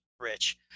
Rich